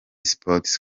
sports